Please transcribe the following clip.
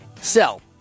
Sell